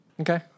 Okay